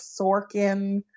Sorkin